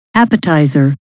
Appetizer